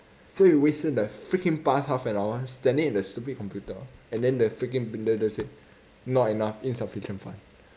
so you wasted like freaking past half an hour standing at the stupid computer and then the freaking printer just say not enough insufficient fund